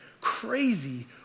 crazy